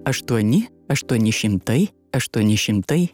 aštuoni aštuoni šimtai aštuoni šimtai